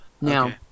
Now